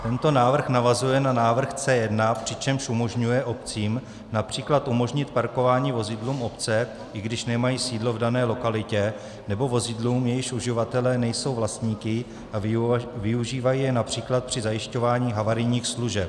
Tento návrh navazuje na návrh C1, přičemž umožňuje obcím například umožnit parkování vozidlům obce, i když nemají sídlo v dané lokalitě, nebo vozidlům, jejichž uživatelé nejsou vlastníky a využívají je například při zajišťování havarijních služeb.